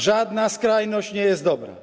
Żadna skrajność nie jest dobra.